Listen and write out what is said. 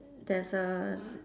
there's a